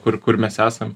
kur kur mes esam